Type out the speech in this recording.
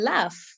Laugh